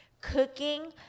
cooking